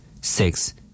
Six